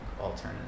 alternative